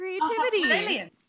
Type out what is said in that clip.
creativity